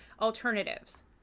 alternatives